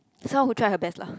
someone who try her best lah